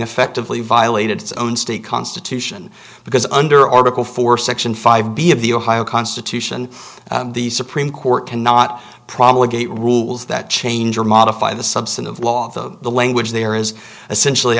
effectively violated its own state constitution because under article four section five b of the ohio constitution the supreme court cannot probably get rules that change or modify the substantive law the language there is essentially